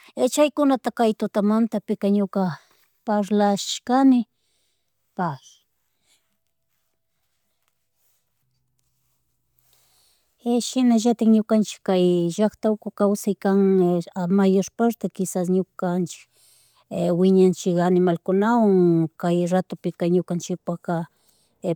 Chaykunataka kay tutamantapika ñuka pasrlashkani pagui. Y shinallatatik ñukanchik kay uku kawsaykan a mayor parte quisas ñukanchik wiñanchik animalkunawan, kay ratupika ñukanchikpaka